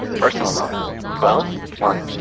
personal log twelve. one.